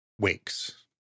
wakes